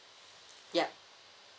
yup